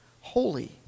holy